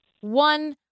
one